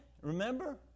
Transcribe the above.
Remember